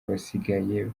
abasigaye